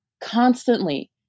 Constantly